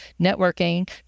networking